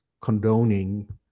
condoning